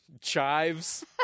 chives